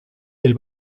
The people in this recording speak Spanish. del